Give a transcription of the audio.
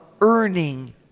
earning